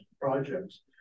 projects